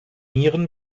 nieren